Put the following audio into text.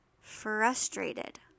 frustrated